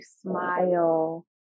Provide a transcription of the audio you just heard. smile